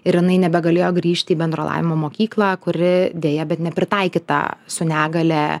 ir jinai nebegalėjo grįžti į bendro lavinimo mokyklą kuri deja bet nepritaikyta su negalia